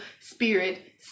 spirit